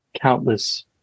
countless